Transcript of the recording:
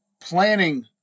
planning